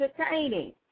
entertaining